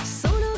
Solo